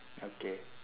okay